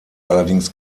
allerdings